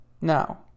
Now